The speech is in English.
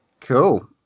cool